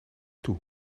toe